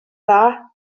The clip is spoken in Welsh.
dda